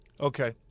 Okay